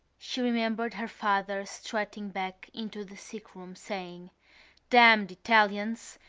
she remembered her father strutting back into the sickroom saying damned italians!